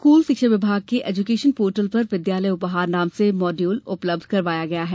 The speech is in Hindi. स्कूल शिक्षा विभाग के एजुकेशन पोर्टल पर विद्यालय उपहार नाम से मॉड्यूल उपलब्ध करवाया गया है